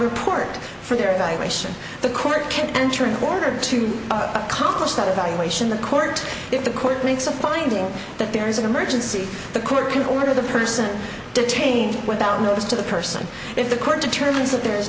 report for their evaluation the court can enter in order to accomplish that evaluation the court if the court makes a finding that there is an emergency the court can order the person detained without notice to the person if the court determines that there is